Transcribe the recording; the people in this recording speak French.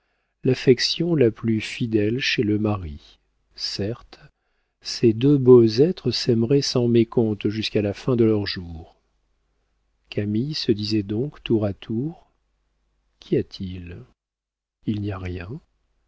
l'affection la plus fidèle chez le mari certes ces deux beaux êtres s'aimeraient sans mécompte jusqu'à la fin de leurs jours camille se disait donc tour à tour qu'y a-t-il il n'y a rien